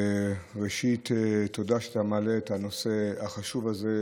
ראשית, תודה על שאתה מעלה את הנושא החשוב הזה.